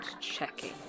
checking